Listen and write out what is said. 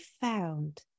found